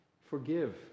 Forgive